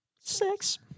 sex